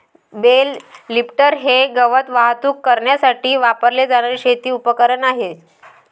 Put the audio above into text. bell lifter हे गवत वाहतूक करण्यासाठी वापरले जाणारे शेती उपकरण आहे